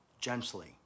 Gently